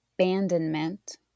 abandonment